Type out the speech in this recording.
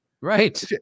right